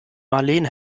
marleen